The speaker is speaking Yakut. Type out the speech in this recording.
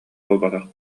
буолбатах